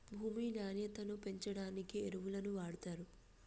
భూమి నాణ్యతను పెంచడానికి ఎరువులను వాడుతారు